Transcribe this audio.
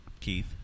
Keith